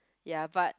ya but